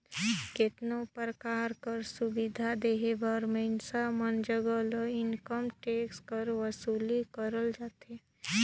केतनो परकार कर सुबिधा देहे बर मइनसे मन जग ले इनकम टेक्स कर बसूली करल जाथे